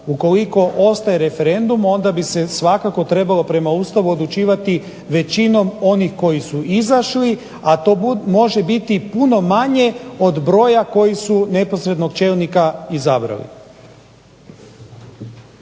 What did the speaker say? Ukoliko ostaje referendum onda bi se svakako trebalo prema Ustavu odlučivati većinom onih koji su izašli, a to može biti puno manje od broja koji su neposrednog čelnika izabrali.